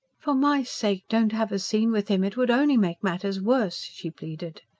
for my sake, don't have a scene with him. it would only make matters worse, she pleaded.